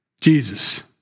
Jesus